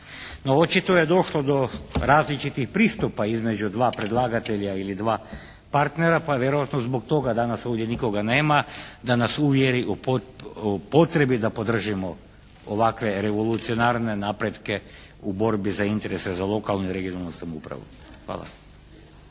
No očito je došlo do različitih pristupa između dva predlagatelja ili dva partnera, pa i vjerovatno zbog toga danas ovdje nikoga nema da nas uvjeri o potrebi da podržimo ovakve revolucionarne napretke u borbi za interese za lokalnu i regionalnu samoupravu. Hvala.